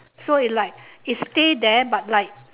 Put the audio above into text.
so it like it stay there but like